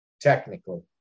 Technically